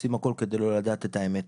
עושים הכול כדי לא לדעת את האמת